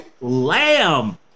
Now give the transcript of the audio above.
Lamb